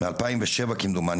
מ-2007 כמדומני,